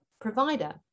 provider